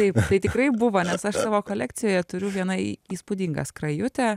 taip tai tikrai buvo nes aš savo kolekcijoje turiu vieną į įspūdingą skrajutę